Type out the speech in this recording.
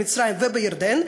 במצרים ובירדן,